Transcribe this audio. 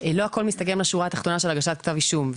לא הכול מסתכם לשורה התחתונה של הגשת כתב אישום.